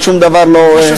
עוד שום דבר לא,